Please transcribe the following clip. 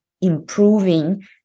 improving